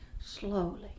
slowly